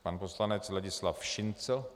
Pan poslanec Ladislav Šincl.